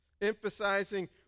emphasizing